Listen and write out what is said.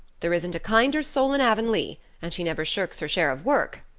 there isn't a kinder soul in avonlea and she never shirks her share of work.